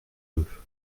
deux